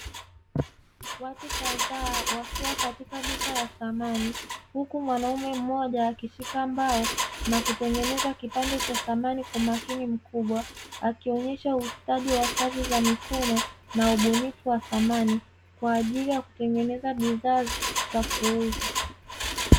Watu kadhaa wakiwa katika duka la samani, huku mwanaumme mmoja akishika mbao na kutengeneza kipande cha samani kwa umakini mkubwa. Akionesha ustadi wa kazi za mikono na ubunifu wa samani kwaajili ya kutengezea bidhaa za kuuza.